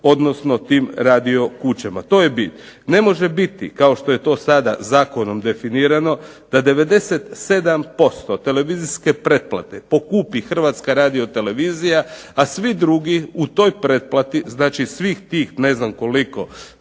odnosno tim radio kućama. To je bit. Ne može biti kao što je to sada zakonom definirano da 97% televizijske pretplate pokupi Hrvatska radiotelevizija, a svi drugi u toj pretplati, znači svih tih ne znam koliko